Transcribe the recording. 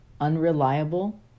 unreliable